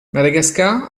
madagascar